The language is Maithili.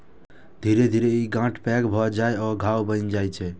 धीरे धीरे ई गांठ पैघ भए जाइ आ घाव बनि जाइ छै